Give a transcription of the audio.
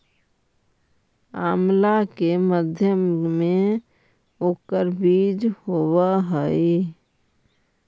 आंवला के मध्य में ओकर बीज होवअ हई